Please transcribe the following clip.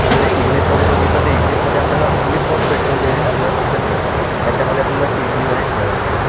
आता त्या इग्निसमध्ये बघितलं तर इग्नीसमध्ये आपल्याला ओन्ली फॉर पेट्रोल वेरियंट आपल्याला फक्त मिळतं याच्यामध्ये आपल्याला सी एन जी वेरियंट मिळत नाही